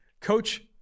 coach